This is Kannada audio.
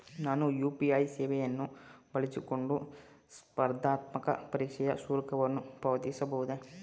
ನಾನು ಯು.ಪಿ.ಐ ಸೇವೆಯನ್ನು ಬಳಸಿಕೊಂಡು ಸ್ಪರ್ಧಾತ್ಮಕ ಪರೀಕ್ಷೆಯ ಶುಲ್ಕವನ್ನು ಪಾವತಿಸಬಹುದೇ?